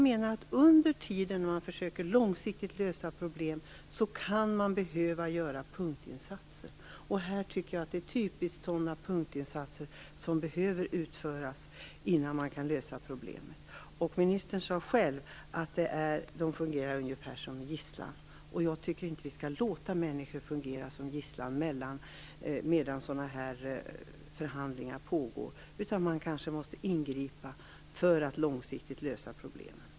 Men under tiden man försöker lösa problemen långsiktigt kan man behöva göra punktinsatser. I detta fall behöver just sådana punktinsatser göras innan man kan lösa problemet. Ministern sade själv att de fungerar ungefär som en gissla, och jag tycker inte att vi skall låta människor fungera som gisslan medan förhandlingar pågår. Man måste kanske ingripa för att långsiktigt lösa problemen.